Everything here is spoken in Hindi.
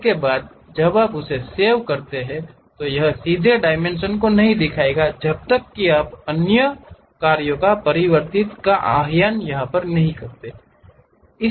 इसके बाद जब आप इसे सेव करते हैं तो यह सीधे डायमेंशन को नहीं दिखाएगा जब तक कि आप अन्य अंतर्निहित कार्यों को परिवर्तित या आह्वान नहीं करते हैं